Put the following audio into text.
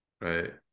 Right